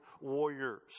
warriors